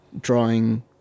drawing